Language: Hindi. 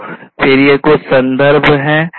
तो ये फिर कुछ संदर्भ हैं